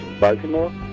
Baltimore